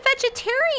vegetarian